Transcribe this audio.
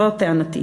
זו טענתי.